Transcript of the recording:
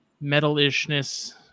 metal-ishness